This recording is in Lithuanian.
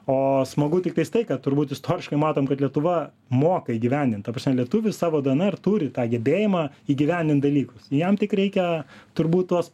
o smagu tiktais tai kad turbūt istoriškai matom kad lietuva moka įgyvendint ta prasme lietuviai savo dnr turi tą gebėjimą įgyvendint dalykus jam tik reikia turbūt tuos